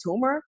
tumor